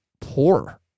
poor